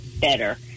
better